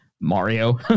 mario